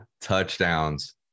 touchdowns